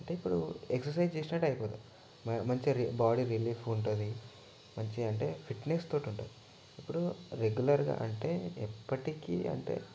అంటే ఇప్పుడు ఎక్సర్సైజ్ చేసినట్టు అయిపోతుంది మంచిగా బాడీ రిలీఫ్ ఉంటుంది మంచిగా అంటే ఫిట్నెస్తో ఉంటుంది ఇప్పుడు రెగ్యులర్గా అంటే ఎప్పటికి అంటే